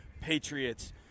Patriots –